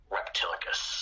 Reptilicus